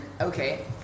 Okay